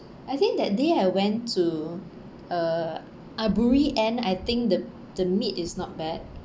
I think that day I went to uh aburi and I think the the meat is not bad